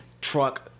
truck